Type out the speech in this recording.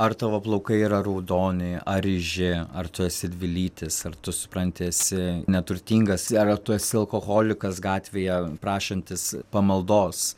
ar tavo plaukai yra raudoni ar ryži ar tu esi dvilytis ar tu supranti esi neturtingas ar tu esi alkoholikas gatvėje prašantis pamaldos